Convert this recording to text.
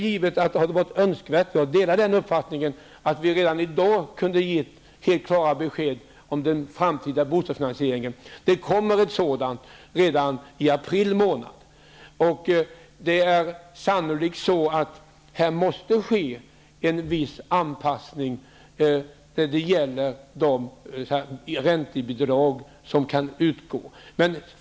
Givetvis hade det varit önskvärt, jag håller alltså med på den punkten, om vi redan i dag hade kunnat ge helt klara besked om den framtida bostadsfinansieringen. Det kommer besked redan i april månad. Sannolikt måste en viss anpassning ske när det gäller räntebidragen.